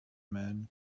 man